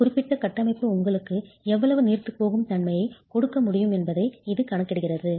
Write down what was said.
ஒரு குறிப்பிட்ட கட்டமைப்பு உங்களுக்கு எவ்வளவு நீர்த்துப்போகும் தன்மையைக் கொடுக்க முடியும் என்பதை இது கணக்கிடுகிறது